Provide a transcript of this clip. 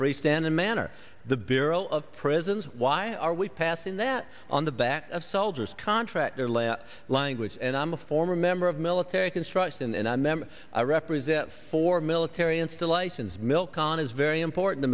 freestanding manner the bureau of prisons why are we passing that on the back of soldiers contractor layout language and i'm a former member of military construction and i remember i represent four military installations milk on is very important to